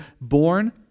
born